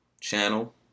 channel